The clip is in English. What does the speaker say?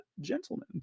gentlemen